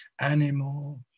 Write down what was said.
animal